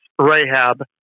Rahab